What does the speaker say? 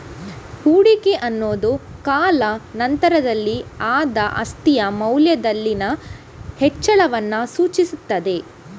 ಹೂಡಿಕೆ ಅನ್ನುದು ಕಾಲಾ ನಂತರದಲ್ಲಿ ಆದ ಆಸ್ತಿಯ ಮೌಲ್ಯದಲ್ಲಿನ ಹೆಚ್ಚಳವನ್ನ ಸೂಚಿಸ್ತದೆ